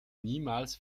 niemals